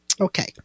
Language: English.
Okay